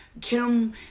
Kim